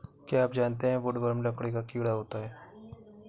क्या आप जानते है वुडवर्म लकड़ी का कीड़ा होता है?